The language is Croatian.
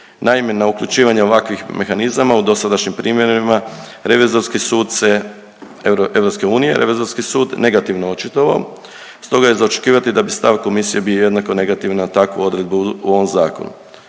Naime, na uključivanje ovakvih mehanizama u dosadašnjim primjerima Revizorski sud se, EU, Revizorski sud negativno očitovao. Stoga je za očekivati da bi stav komisije bio jednako negativan na takvu odredbu u ovom zakonu.